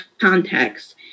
context